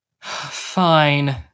Fine